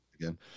again